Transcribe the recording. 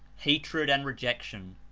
hatred and rejection.